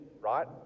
right